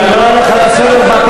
למה